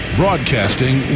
broadcasting